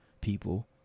people